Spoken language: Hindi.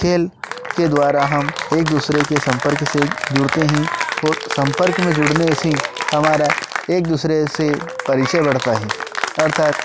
खेल के द्वारा हम एक दूसरे के संपर्क से जुड़ते हैं और संपर्क में जुड़ने से हमारा एक दूसरे से परिचय बढ़ता है अर्थात